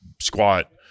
squat